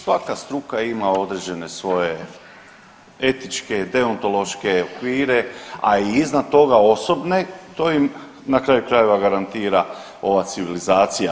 Svaka struka ima određene svoje etičke, deontološke okvire, a i iznad toga i osobne, to im na kraju krajeva garantira ova civilizacija.